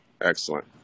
Excellent